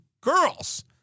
girls